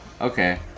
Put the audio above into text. okay